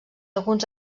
alguns